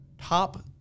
top